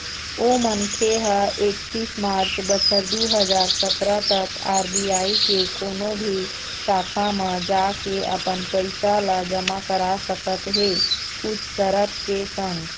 ओ मनखे ह एकतीस मार्च बछर दू हजार सतरा तक आर.बी.आई के कोनो भी शाखा म जाके अपन पइसा ल जमा करा सकत हे कुछ सरत के संग